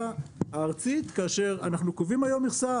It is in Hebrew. הארצית כאשר אנחנו קובעים היום מכסה,